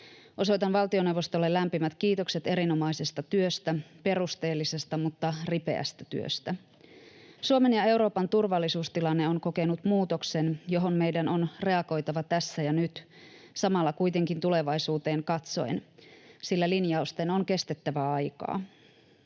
Osoitan valtioneuvostolle lämpimät kiitokset erinomaisesta työstä, perusteellisesta, mutta ripeästä työstä. Suomen ja Euroopan turvallisuustilanne on kokenut muutoksen, johon meidän on reagoitava tässä ja nyt, samalla kuitenkin tulevaisuuteen katsoen, sillä linjausten on kestettävä aikaa.